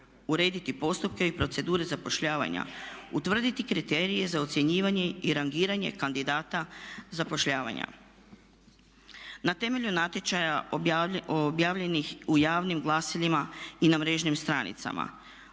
uredite postupke i procedure zapošljavanja, utvrditi kriterije za ocjenjivanje i rangiranje kandidata zapošljavanja na temelju natječaja objavljenih u javnih glasilima i na mrežnim stranicama,